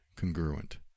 congruent